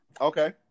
Okay